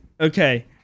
Okay